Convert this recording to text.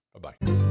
Bye-bye